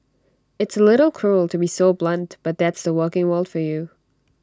it's A little cruel to be so blunt but that's the working world for you